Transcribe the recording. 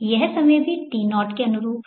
यह समय भी T0 के अनुरूप है